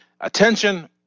attention